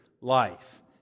life